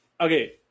Okay